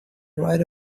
right